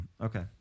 okay